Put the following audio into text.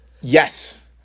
Yes